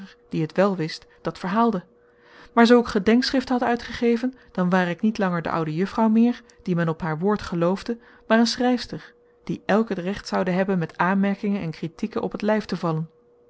die het wel wist dat verhaalde maar zoo ik gedenkschriften had uitgegeven dan ware ik niet langer de oude juffrouw meer die men op haar woord geloofde maar een schrijfster die elk het recht zoude hebben met aanmerkingen en kritieken op t lijf te vallen